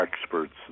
experts